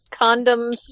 condoms